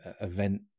event